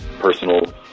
personal